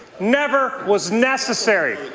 never was necessary.